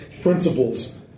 principles